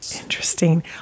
Interesting